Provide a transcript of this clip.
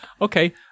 okay